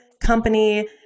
Company